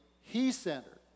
he-centered